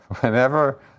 Whenever